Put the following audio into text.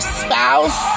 spouse